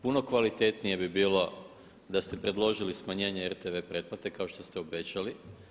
Puno kvalitetnije bi bilo da ste predložili smanjenje RTV pretplate kao što ste obećali.